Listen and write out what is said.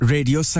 Radio